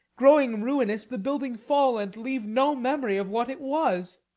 growing ruinous, the building fall and leave no memory of what it was!